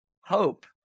Hope